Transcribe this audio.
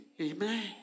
Amen